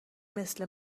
مثل